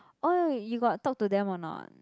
oh you got talk to them or not